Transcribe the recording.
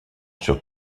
sur